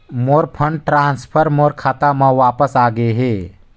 मोर fund transfer मोर खाता म वापस आ गे हे